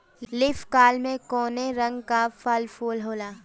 Leaf curl में कौने रंग का फफोला होला?